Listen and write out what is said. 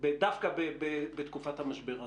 דווקא בתקופת המשבר הזאת.